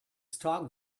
stock